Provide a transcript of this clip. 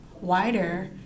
wider